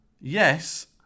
Yes